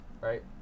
right